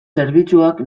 zerbitzuak